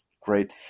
Great